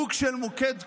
פירוק של מוקד כוח,